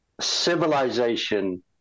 civilization